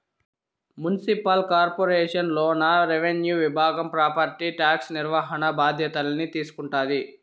municipal corporation లోన revenue విభాగం property tax నిర్వహణ బాధ్యతల్ని తీసుకుంటాది